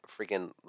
freaking